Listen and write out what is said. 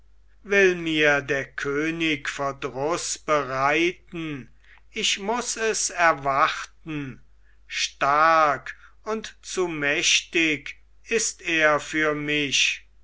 will mir der könig verdruß bereiten ich muß es erwarten stark und zu mächtig ist er für mich